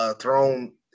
thrown